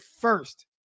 first